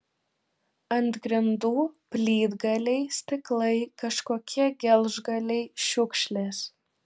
ant grindų plytgaliai stiklai kažkokie gelžgaliai šiukšlės